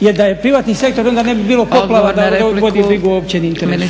Jer da je privatni sektor onda ne bi bilo poplava da on vodi brigu o općem interesu.